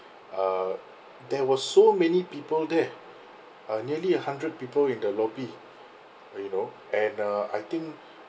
uh there were so many people there uh nearly a hundred people in the lobby you know and uh I think